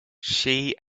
she